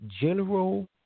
general